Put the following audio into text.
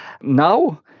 now